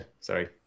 Sorry